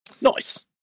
Nice